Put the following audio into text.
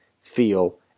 feel